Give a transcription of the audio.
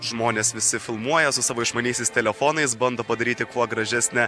žmonės visi filmuoja su savo išmaniaisiais telefonais bando padaryti kuo gražesnę